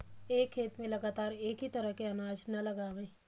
एक खेत में लगातार एक ही तरह के अनाज न लगावें